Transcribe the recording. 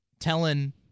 Telling